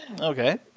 okay